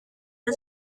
que